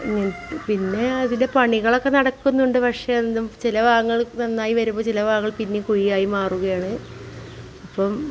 പിന്നെ അതിന്റെ പണികളൊക്കെ നടക്കുന്നുണ്ട് പക്ഷേ എന്ത് ചില ഭാഗങ്ങൾ നന്നായി വരുമ്പം ചില ഭാഗങ്ങൾ പിന്നെയും കുഴിയായി മാറുകയാണ് അപ്പം